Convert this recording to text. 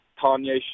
Tanya